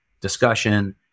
discussion